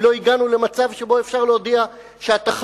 האם לא הגענו למצב שבו אפשר להודיע שהתכלית